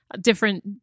Different